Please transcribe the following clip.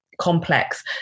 complex